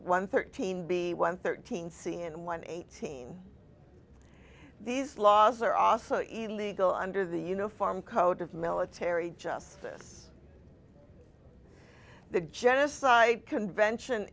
one thirteen b one thirteen c and one eighteen these laws are also even legal under the uniform code of military justice the genocide convention